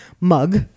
mug